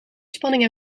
spanning